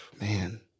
man